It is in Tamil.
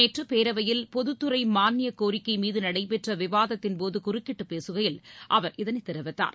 நேற்று பேரவையில் பொதுத்துறை மாளிய கோரிக்கை மீது நடைபெற்ற விவாதத்தின்போது குறுக்கிட்டு பேசுகையில் அவர் இதனை தெரிவித்தார்